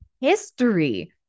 history